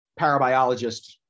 parabiologist